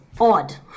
odd